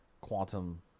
Quantum